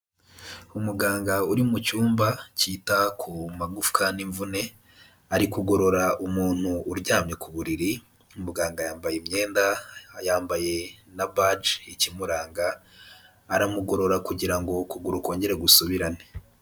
Umuganga uri mu cyumba cyita ku magufwa n'imvune, ari kugorora umuntu uryamye ku buriri, muganga yambaye imyenda yambaye na baji, ikimuranga, aramugorora kugira ngo ukuguru kongere gusubirane.